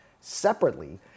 Separately